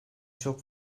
çok